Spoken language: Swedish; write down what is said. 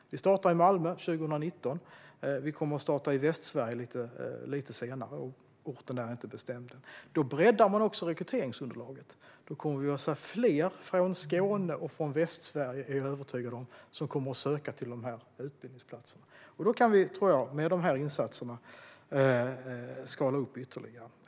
Vi startar i Malmö 2019 och i Västsverige lite senare; orten är inte bestämd ännu. Då breddar man också rekryteringsunderlaget. Jag är övertygad om att fler från Skåne och Västsverige då kommer att söka till dessa utbildningsplatser. Med de här insatserna tror jag att vi kan skala upp det hela ytterligare.